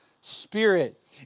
Spirit